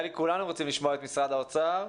לי שכולנו רוצים לשמוע את משרד האוצר.